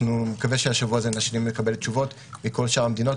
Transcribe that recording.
אני מקווה שהשבוע נשלים את קבלת התשובות מכל שאר המדינות,